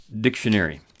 Dictionary